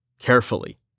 Carefully